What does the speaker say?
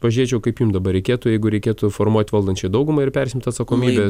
pažiūrėčiau kaip jum dabar reikėtų jeigu reikėtų formuot valdančiąją daugumą ir persiimt atsakomybę